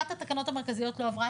אחת התקנות המרכזיות לא עברה.